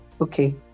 okay